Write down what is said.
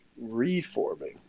Reforming